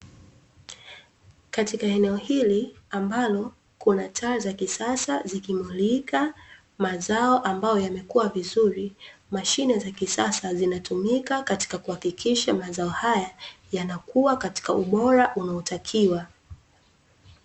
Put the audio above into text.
Katika eneo hili ambalo kuna taa za kisasa zikimulika mazao ambayo yamekua vizuri, mashine za kisasa zinatumika katika kuhakikisha mazao haya yanakua katika ubora unaotakiwa.